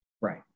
right